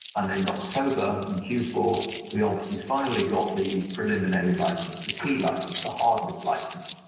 and in october, in q four, we obviously finally got the preliminary licence. the key licence. the hardest licence.